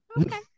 Okay